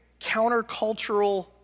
countercultural